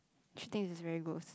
she thinks it's very gross